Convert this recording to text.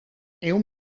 ehun